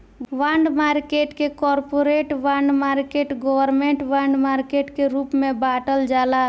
bond market के corporate bond market government bond market के रूप में बॉटल जाला